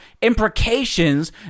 imprecations